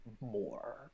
more